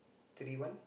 three one